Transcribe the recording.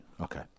Okay